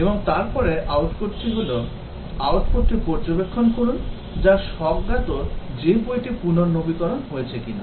এবং তারপরে output টি হল output টি পর্যবেক্ষণ করুন যা স্বজ্ঞাত যে বইটি পুনর্নবীকরণ হয়েছে কিনা